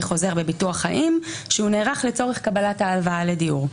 חוזר בביטוח חיים שנערך לצורך קבלת הלוואה לדיור.